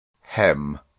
Hem